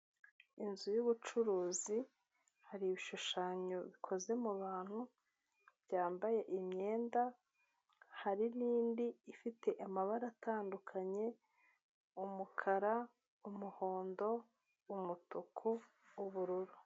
Inzu y'ubucuruzi, hari ibishushanyo bikoze mu bantu byambaye imyenda, hari n'indi ifite amabara atandukanye, umukara, umuhondo, umutuku, ubururu.